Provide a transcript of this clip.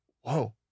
whoa